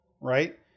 right